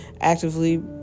actively